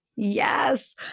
Yes